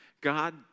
God